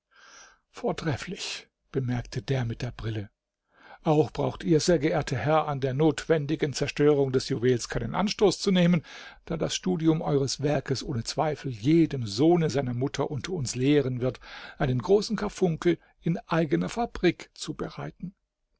vortrefflich bemerkte der mit der brille auch braucht ihr sehr geehrter herr an der notwendigen zerstörung des juwels keinen anstoß zu nehmen da das studium eures werkes ohne zweifel jedem sohne seiner mutter unter uns lehren wird einen großen karfunkel in eigener fabrik zu bereiten